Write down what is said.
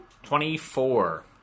Twenty-four